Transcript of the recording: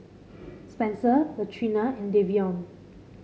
Spenser Latrina and Davion